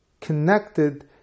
connected